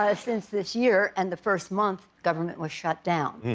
ah since this year. and the first month government was shut down.